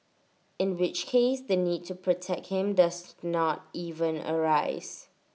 in which case the need to protect him does not even arise